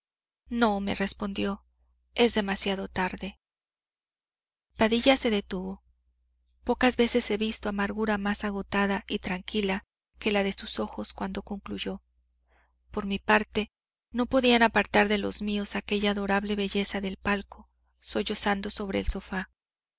no me respondió es demasiado tarde padilla se detuvo pocas veces he visto amargura más agotada y tranquila que la de sus ojos cuando concluyó por mi parte no podían apartar de los míos aquella adorable belleza del palco sollozando sobre el sofá